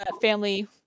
family